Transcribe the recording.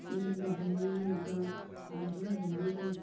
ꯆꯤꯡꯗ ꯂꯩꯕ ꯃꯤꯒ ꯇꯝꯗ ꯂꯩꯕ ꯃꯤꯒ